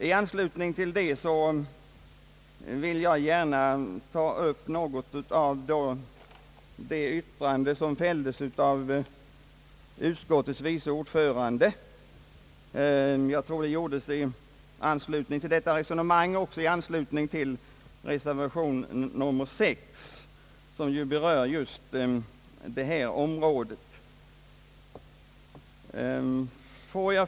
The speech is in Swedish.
I anslutning härtill vill jag gärna beröra något av det yttrande som fälldes av utskottets vice ordförande herr Mossberger i samband med reservationen 6, som ju berör just detta område.